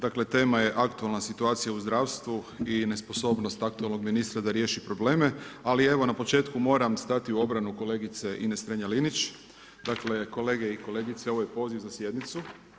Dakle, tema je aktualna situacija u zdravstvu i nesposobnost aktualnog ministra da riješi probleme, ali evo na početku moram stati u obrane Ines Strenja Linić, dakle, kolege i kolegice ovo je poziv za sjednicu.